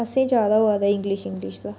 असेंगी ज्यादा होआ दा इंग्लिश इंग्लिश दा